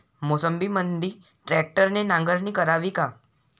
मोसंबीमंदी ट्रॅक्टरने नांगरणी करावी का?